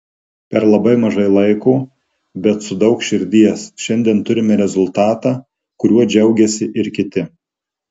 per labai mažai laiko bet su daug širdies šiandien turime rezultatą kuriuo džiaugiasi ir kiti